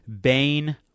bane